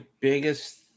biggest